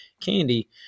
candy